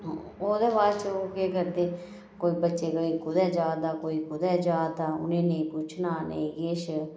ओह्दे बाद च ओह् केह् करदे कोई बच्चें कदें कुदै जा दे कोई कुदै जा दा उनेंगी नेईं पुच्छना नेईं किश